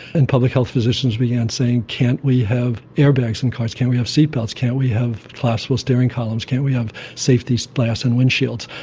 and public health physicians began saying can't we have airbags in cars, can't we have seat belts, can't we have collapsible steering columns, can't we have safety so glass in and windshields.